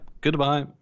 goodbye